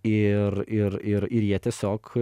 ir ir ir ir jie tiesiog